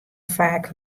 faak